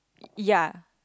ya